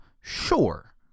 Sure